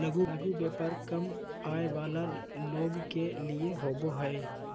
लघु व्यापार कम आय वला लोग के लिए होबो हइ